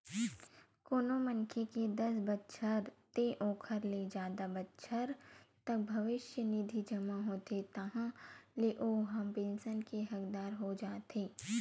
कोनो मनखे के दस बछर ते ओखर ले जादा बछर तक भविस्य निधि जमा होथे ताहाँले ओ ह पेंसन के हकदार हो जाथे